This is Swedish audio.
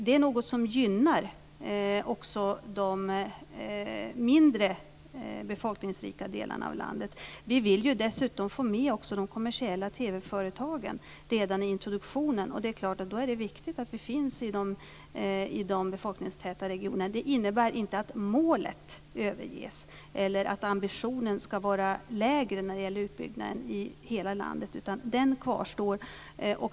Det är något som gynnar också de mindre befolkningsrika delarna av landet. Vi vill dessutom också få med de kommersiella TV-företagen redan i introduktionen, och det är klart att det då är viktigt att vi finns i de befolkningstäta regionerna. Detta innebär inte att målet överges eller att ambitionen när det gäller utbyggnaden i hela landet skall vara lägre, utan den kvarstår.